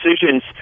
decisions